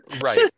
right